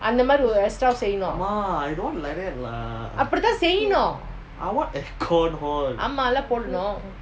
mah I don't want like that lah I want aircon~ all